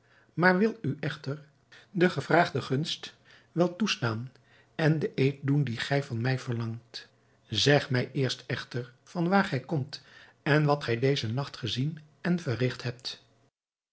maar wil u echter de gevraagde gunst wel toestaan en den eed doen dien gij van mij verlangt zeg mij eerst echter van waar gij komt en wat gij dezen nacht gezien en verrigt hebt